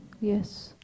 yes